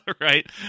right